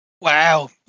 Wow